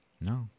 no